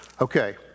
Okay